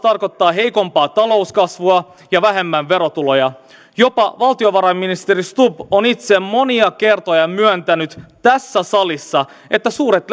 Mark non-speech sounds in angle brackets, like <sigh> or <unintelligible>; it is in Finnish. <unintelligible> tarkoittaa heikompaa talouskasvua ja vähemmän verotuloja jopa valtiovarainministeri stubb on itse monia kertoja myöntänyt tässä salissa että suuret <unintelligible>